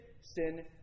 sin